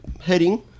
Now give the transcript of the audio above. Heading